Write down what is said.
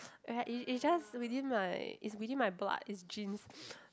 it it just within my it's within my blood it's genes